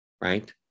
right